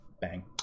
Bang